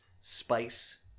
spice